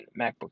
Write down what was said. MacBook